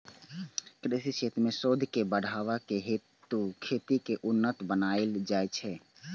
कृषि क्षेत्र मे शोध के बढ़ा कें खेती कें उन्नत बनाएल जाइ छै